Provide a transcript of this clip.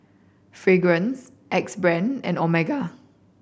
Fragrance Axe Brand and Omega